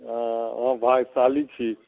हँ अहाँ भाग्यशाली छी